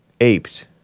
Aped